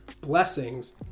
blessings